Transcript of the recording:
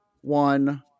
one